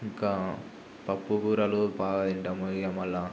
ఇంకా పప్పు కూరలు బాగా తింటాము ఇగ మళ్ల